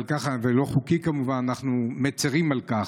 ולא חוקי, כמובן, ואנחנו מצירים על כך.